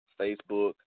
Facebook